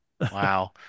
Wow